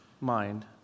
mind